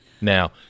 Now